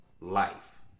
life